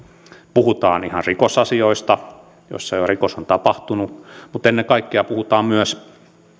puhutaan ihan rikosasioista joissa rikos jo on tapahtunut mutta ennen kaikkea puhutaan myös